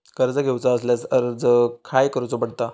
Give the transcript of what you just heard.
कर्ज घेऊचा असल्यास अर्ज खाय करूचो पडता?